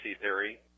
theory